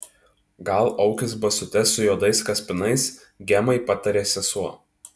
gal aukis basutes su juodais kaspinais gemai patarė sesuo